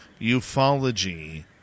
ufology